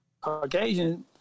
Caucasian